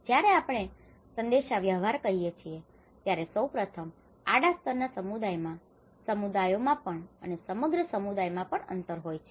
જયારે આપણે સંદેશાવ્યવહાર કહીએ છીએ ત્યારે સૌપ્રથમ આડા સ્તરના સમુદાયમાં સમુદાયોમાં પણ અને સમગ્ર સમુદાયમાં અંતર હોય છે